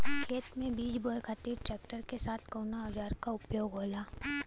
खेत में बीज बोए खातिर ट्रैक्टर के साथ कउना औजार क उपयोग होला?